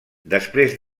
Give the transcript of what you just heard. després